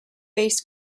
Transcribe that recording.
based